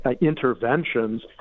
interventions